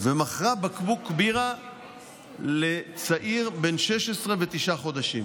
ומכרה בקבוק בירה לצעיר בן 16 ו-9 חודשים.